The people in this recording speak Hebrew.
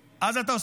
אם אתה על ארבע,